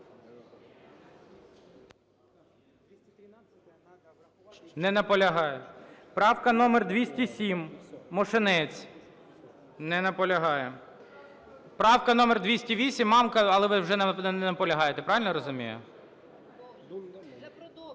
Не наполягає. Правка номер 207, Мошенець. Не наполягає. Правка номер 208, Мамка. Але ви вже не наполягаєте, я правильно розумію?